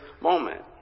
moment